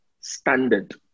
standard